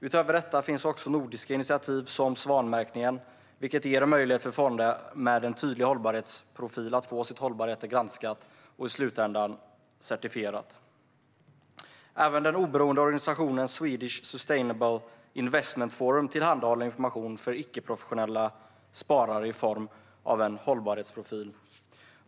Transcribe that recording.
Utöver detta finns nordiska initiativ, till exempel svanmärkning, vilket ger möjlighet för fonder med tydlig hållbarhetsprofil att få sin hållbarhet granskad och i slutändan certifierad. Även den oberoende organisationen Swedish Sustainable Investment Forum tillhandahåller information för icke-professionella sparare i form av en hållbarhetsprofil.